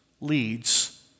leads